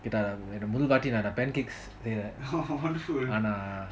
நான் மூணு வாடி:naan moonu vaati pancakes சேரன் ஆனா:seiran aana